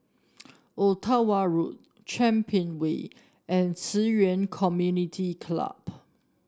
Ottawa Road Champion Way and Ci Yuan Community Club